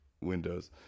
Windows